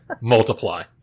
multiply